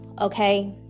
okay